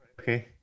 okay